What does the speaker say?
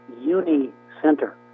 uni-center